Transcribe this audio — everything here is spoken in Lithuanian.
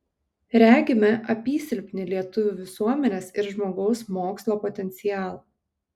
regime apysilpnį lietuvių visuomenės ir žmogaus mokslo potencialą